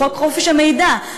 חוק חופש המידע,